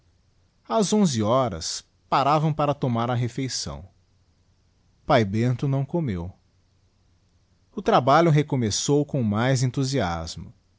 a a'onze horas paravam para tomar a refçãoi pae bento comeu v o trabalho recomeçou com mais